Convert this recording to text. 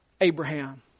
Abraham